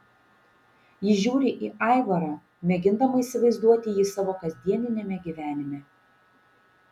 ji žiūri į aivarą mėgindama įsivaizduoti jį savo kasdieniame gyvenime